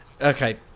Okay